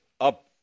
up